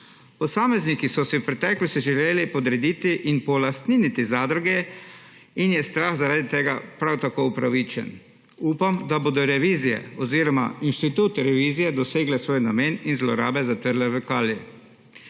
Posamezniki so si v preteklosti želeli podrediti in polastniniti zadruge in je strah zaradi tega prav tako upravičen. Upam, da bodo revizije oziroma inštituti revizije dosegli svoj namen in zlorabe zatrli v kali.